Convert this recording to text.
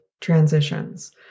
transitions